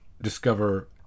discover